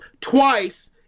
twice